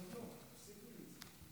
סעיפים 6 10